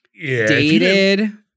dated